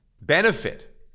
benefit